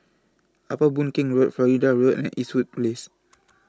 Upper Boon Keng Road Florida Road and Eastwood Place